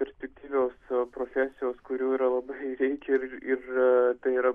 perspektyvios profesijos kurių yra labai reikia ir ir tai yra